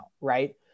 right